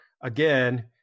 again